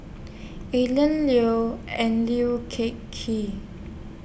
alien Liu and Liu Ker Kee